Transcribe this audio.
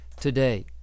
today